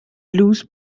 loose